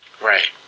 Right